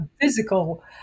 physical